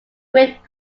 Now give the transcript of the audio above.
great